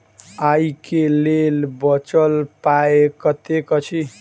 आइ केँ लेल बचल पाय कतेक अछि?